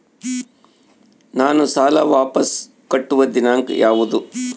ನಾನು ಸಾಲ ವಾಪಸ್ ಕಟ್ಟುವ ದಿನಾಂಕ ಯಾವುದು?